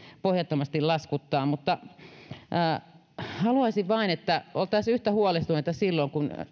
pohjattomasti laskuttaa haluaisin vain että oltaisiin yhtä huolestuneita silloin kun